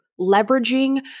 leveraging